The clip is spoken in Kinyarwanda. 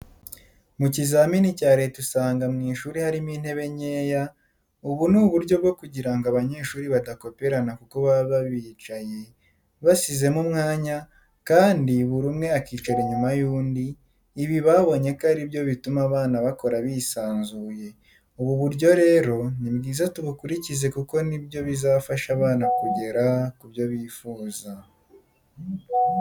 Mu gihe cy'ikizamini cya leta usanga mu ishuri harimo intebe nkeya, ubu ni uburyo bwo kugira ngo abanyeshuri badakoperana kuko baba babicaje basizemo umwanya kandi buri umwe akicara inyuma y'undi, ibi babonye ko ari byo bituma abana bokora bisanzuye, ubu buryo rero ni bwiza tubukurikize kuko ni byo bizafasha abana kugera ku byo bifuza.